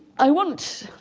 i want